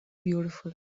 beautiful